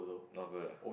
not good ah